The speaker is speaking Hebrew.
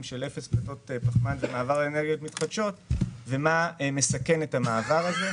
מאוד של אפס פליטות פחמן ומעבר לאנרגיות מתחדשות ומה מסכן את המעבר הזה.